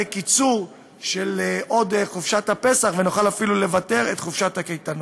יהיה קיצור של חופשת הפסח ונוכל אפילו לוותר על הקייטנות.